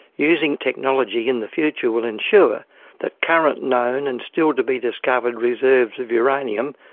using technology in the future will ensure that current known and still to be discovered reserves of uranium,